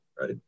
right